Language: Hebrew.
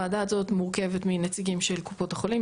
הוועדה הזאת מורכבת מנציגים של קופות החולים,